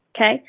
Okay